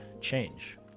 change